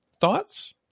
Thoughts